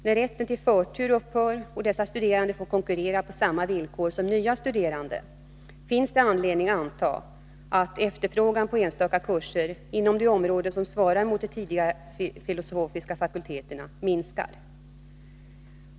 När rätten till förtur upphör och dessa studerande får konkurrera på samma villkor som nya studerande, finns det anledning anta att efterfrågan på enstaka kurser inom det område som svarar mot de tidigare filosofiska fakulteterna minskar.